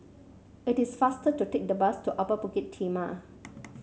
it is faster to take the bus to Upper Bukit Timah